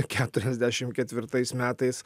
keturiasdešim ketvirtais metais